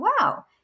wow